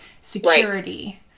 security